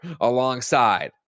alongside